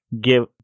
give